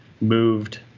moved